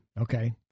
Okay